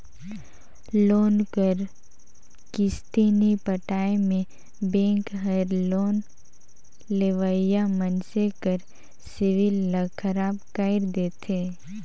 loan कर किस्ती नी पटाए में बेंक हर लोन लेवइया मइनसे कर सिविल ल खराब कइर देथे